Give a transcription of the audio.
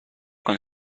con